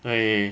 对